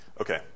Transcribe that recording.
Okay